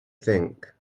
think